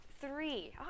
Three